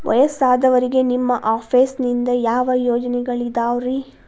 ವಯಸ್ಸಾದವರಿಗೆ ನಿಮ್ಮ ಆಫೇಸ್ ನಿಂದ ಯಾವ ಯೋಜನೆಗಳಿದಾವ್ರಿ?